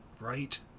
right